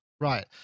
Right